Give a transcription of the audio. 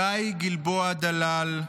גיא גלבוע-דלאל,